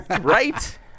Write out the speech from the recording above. right